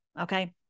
Okay